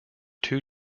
two